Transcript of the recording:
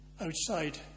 outside